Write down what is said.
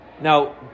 Now